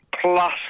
plus